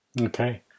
okay